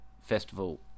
festival